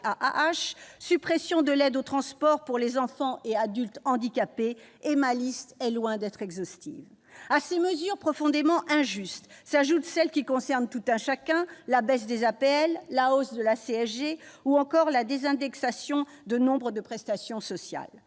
AAH ; suppression de l'aide au transport pour les enfants et adultes handicapés. Et cette liste est loin d'être exhaustive ! À ces mesures, profondément injustes, s'ajoutent celles qui concernent tout un chacun : la baisse des APL, la hausse de la CSG ou encore la désindexation de nombreuses prestations sociales.